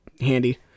handy